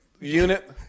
unit